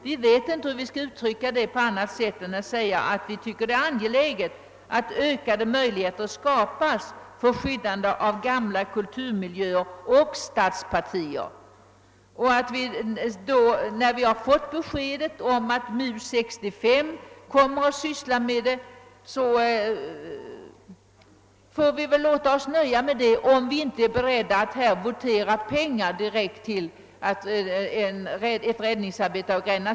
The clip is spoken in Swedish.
Vi vet inte hur vi skall uttrycka det på annat sätt än genom att säga att det är »angeläget att ökade möjligheter skapas för skyddande av gamla kulturmiljöer och stadspartier«. Vi har fått beskedet att MUS 65 kommer att syssla med frågan, och vi får väl låta oss nöja därmed, om vi inte är beredda att här votera fram pengar till ett direkt räddningsarbete i Gränna.